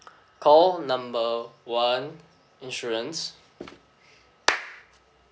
call number one insurance